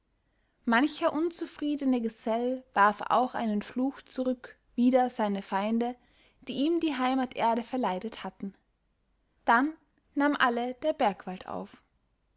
mancher unzufriedene gesell warf auch einen fluch zurück wider seine feinde die ihm die heimaterde verleidet hatten dann nahm alle der bergwald auf